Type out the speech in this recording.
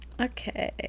okay